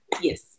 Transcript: Yes